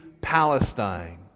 Palestine